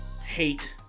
hate